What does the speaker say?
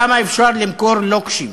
כמה אפשר למכור לוקשים?